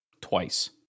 Twice